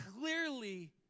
clearly